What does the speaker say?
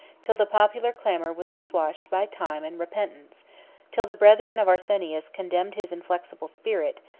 till the popular clamor was assuaged by time and repentance till the brethren of arsenius condemned his inflexible spirit,